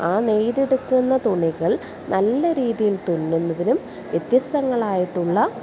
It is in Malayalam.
ആ നെയ്തെടുക്കുന്ന തുണികൾ നല്ല രീതിയിൽ തുന്നുന്നതിനും വ്യത്യസ്തങ്ങളായിട്ടുള്ള